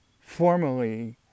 formally